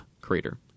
crater